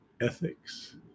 Ethics